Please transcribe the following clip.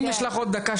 אם יש לך עוד דקה,